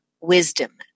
wisdom